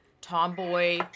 tomboy